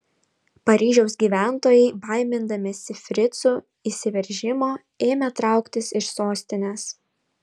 paryžiaus gyventojai baimindamiesi fricų įsiveržimo ėmė trauktis iš sostinės